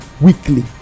weekly